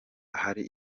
ahari